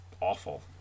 awful